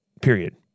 Period